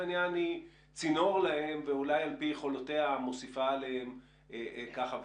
צינור ואולי גם על פי יכולותיה מוסיפה עליהם ככה וככה.